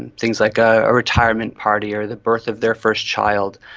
and things like a retirement party or the birth of their first child.